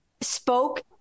spoke